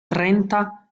trenta